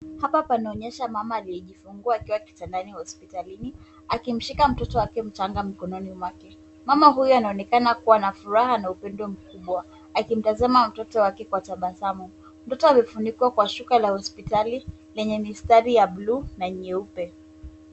Hapa panaonyesha mama amejifungua akiwa kitandani hospitalini, akimshika mtoto wake mchanga mkononi mwake. Mama huyu anaonekana kuwa na furaha na upendo mkubwa ,akimtazama mtoto wake kwa tabasamu. Mtoto amefunikwa kwa shuka ya hospitali lenye mistari ya bluu na nyeupe.